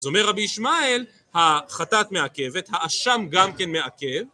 אז אומר רבי ישמעאל, החטאת מעכבת, האשם גם כן מעכב